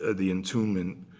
ah the entombment,